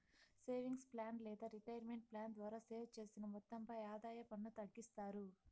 savings plan లేదా retirement plan ద్వారా save చేసిన మొత్తంపై ఆదాయ పన్ను తగ్గిస్తారు